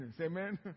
Amen